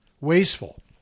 Wasteful